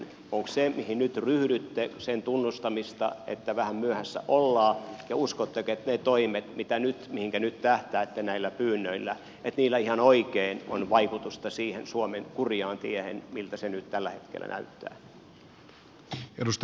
onko se mihin nyt ryhdytte sen tunnustamista että vähän myöhässä ollaan ja uskotteko että niillä toimilla mihinkä nyt tähtäätte näillä pyynnöillä ihan oikein on vaikutusta siihen suomen kurjaan tiehen miltä se nyt tällä hetkellä näyttää